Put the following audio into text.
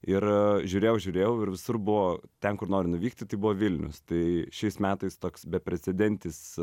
ir žiūrėjau žiūrėjau ir visur buvo ten kur noriu nuvykti tai buvo vilnius tai šiais metais toks beprecedentis